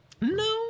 No